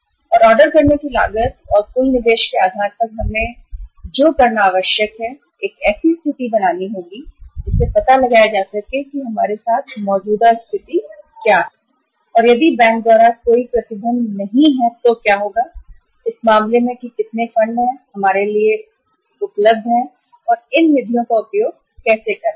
और ऑर्डर करने की लागत और कुल निवेश के आधार पर जो हमें करना आवश्यक है एक ऐसी स्थिति बनानी होगी जिससे पता लगाया जा सके कि हमारे साथ मौजूदा स्थिति क्या है और यदि बैंक द्वारा कोई प्रतिबंध नहीं तो क्या होगा इस मामले में कि कितने फंड हैं हमारे लिए उपलब्ध है और हम इन निधियों का उपयोग कैसे कर रहे हैं